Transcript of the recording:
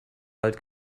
wald